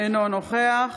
אינו נוכח